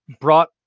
brought